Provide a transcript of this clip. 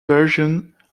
version